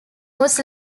was